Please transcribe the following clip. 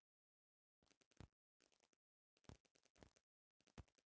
पौधा के बिया में भी फाइबर मिलेला